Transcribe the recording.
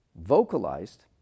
vocalized